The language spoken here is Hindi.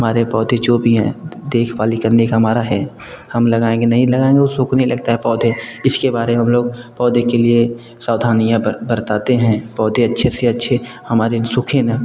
हमारे पौधे जो भी है देख भाल करने का हमारा है हम लगाएंगे नहीं लगाएंगे वो सूखने लगते हैं पौधे इसके बारे में हम लोग पौधे के लिए सवधानियाँ बरताते हैं पौधे अच्छे से अच्छे हमारे सुखे ना